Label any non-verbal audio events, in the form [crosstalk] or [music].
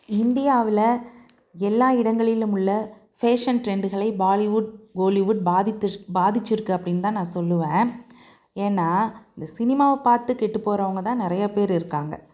இண்டியாவுல எல்லா இடங்களிலும் உள்ள ஃபேஷன் ட்ரெண்டுகளை பாலிவுட் கோலிவுட் [unintelligible] பாதிச்சிருக்குது அப்படின்னு தான் நான் சொல்லுவேன் ஏன்னால் இந்த சினிமாவை பார்த்து கெட்டு போகிறவங்க தான் நிறையா பேரு இருக்காங்க